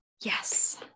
yes